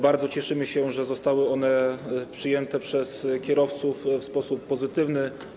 Bardzo cieszymy się, że zostały one przyjęte przez kierowców w sposób pozytywny.